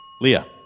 Leah